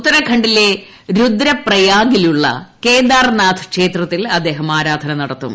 ഉത്തരഖ്ങ്ഡില്ല രുദ്രപ്രയാഗിലുള്ള കേദാർനാഥ് ക്ഷേത്രത്തിൽ അദ്ദേഹം ആരാധന നടത്തും